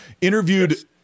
interviewed